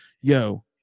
yo